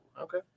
Okay